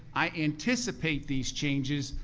i anticipate these changes.